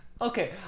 okay